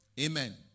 Amen